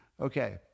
Okay